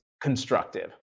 constructive